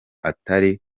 atari